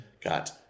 got